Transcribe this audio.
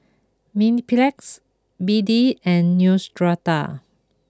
Mepilex B D and Neostrata